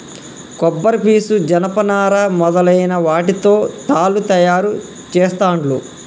కొబ్బరి పీసు జనప నారా మొదలైన వాటితో తాళ్లు తయారు చేస్తాండ్లు